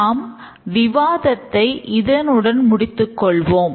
நம் விவாதத்தை இதனுடன் முடித்துக் கொள்வோம்